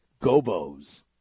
Gobos